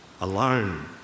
alone